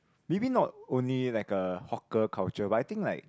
maybe not only like a hawker culture but I think like